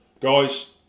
guys